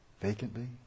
vacantly